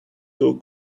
too